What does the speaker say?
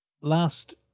Last